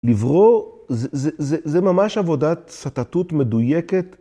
לברור זה ממש עבודת סתתות מדויקת.